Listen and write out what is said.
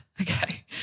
Okay